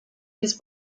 his